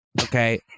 okay